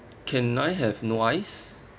can I have no ice